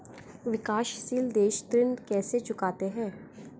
विकाशसील देश ऋण कैसे चुकाते हैं?